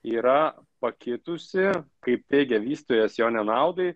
yra pakitusi kaip teigia vystytojas jo nenaudai